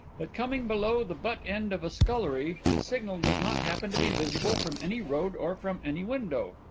but coming below the butt-end of a scullery the signal does not happen to be visible from any road or from any window.